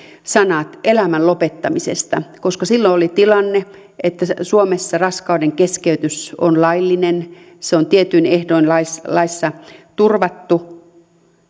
sanat elämän lopettamisesta koska silloin oli tilanne että suomessa raskaudenkeskeytys on laillinen se on tietyin ehdoin laissa laissa turvattu